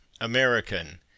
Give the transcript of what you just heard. american